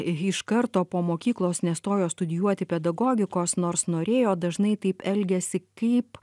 iš karto po mokyklos nestojo studijuoti pedagogikos nors norėjo dažnai taip elgiasi kaip